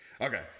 okay